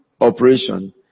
operation